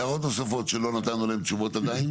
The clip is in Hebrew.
הערות נוספות שלא נתנו להן תשובות עדיין?